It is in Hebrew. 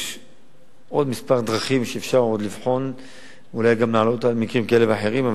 יש עוד כמה דרכים שאפשר לבחון אולי כדי לעלות על מקרים כאלה ואחרים,